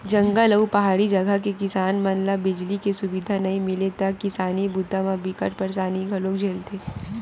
जंगल अउ पहाड़ी जघा के किसान मन ल बिजली के सुबिधा नइ मिले ले किसानी बूता म बिकट परसानी घलोक झेलथे